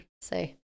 say